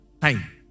Time